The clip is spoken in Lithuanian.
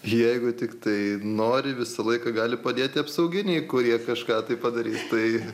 jeigu tiktai nori visą laiką gali padėti apsauginiai kurie kažką tai padarys tai